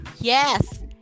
Yes